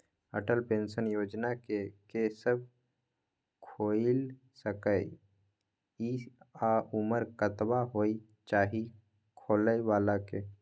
Atal pension Yojana के के सब खोइल सके इ आ उमर कतबा होय चाही खोलै बला के?